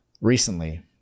recently